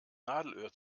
nadelöhr